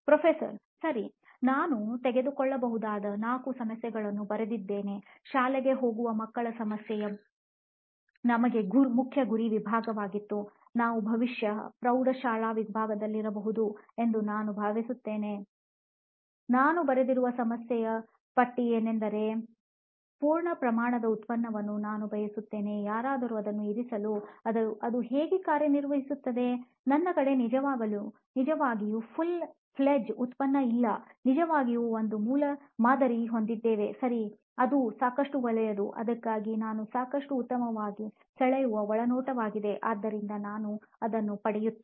professor ಸರಿ ನಾವು ತೆಗೆದುಕೊಳ್ಳಬಹುದಾದ 4 ಸಮಸ್ಯೆಗಳನ್ನು ಬರೆದಿದ್ದೇನೆ ಶಾಲೆಗೆ ಹೋಗುವ ಮಕ್ಕಳ ಸಮಸ್ಯೆಯ ನಮಗೆ ಮುಖ್ಯ ಗುರಿ ವಿಭಾಗವಾಗಿದೆ ನೀವು ಬಹುಶಃ ಪ್ರೌಢ ಶಾಲಾ ವಿಭಾಗದಲ್ಲಿರಬಹುದು ನಾನು ಭಾವಿಸುತ್ತೇನೆ ನಾನು ಬರೆದಿರುವ ಸಮಸ್ಯೆಯ ಪಟ್ಟಿ ಏನೆಂದರೆ ಪೂರ್ಣ ಪ್ರಮಾಣದ ಉತ್ಪನ್ನವನ್ನು ನಾನು ಬಯಸುತ್ತೇನೆ ಯಾರಾದರೂ ಅದನ್ನು ಇರಿಯಲು ಅದು ಹೇಗೆ ಕಾರ್ಯನಿರ್ವಹಿಸುತ್ತದೆ ನನ್ನ ಕಡೆ ನಿಜವಾಗಿಯೂ ಫುಲ್ ಫ್ಲೆಡ್ಜ್ ಉತ್ಪನ್ನ ಇಲ್ಲ ನಿಜವಾಗಿಯೂ ಒಂದು ಮೂಲಮಾದರಿಯನ್ನು ಹೊಂದಿದ್ದೇವೆ ಸರಿ ಅದು ಸಾಕಷ್ಟು ಒಳ್ಳೆಯದು ಅದಕ್ಕಾಗಿ ನಾನು ಸಾಕಷ್ಟು ಉತ್ತಮವಾಗಿ ಸೆಳೆಯುವ ಒಳನೋಟವಾಗಿದೆ ಆದ್ದರಿಂದ ನಾನು ಅದನ್ನು ಪಡೆಯುತ್ತೇನೆ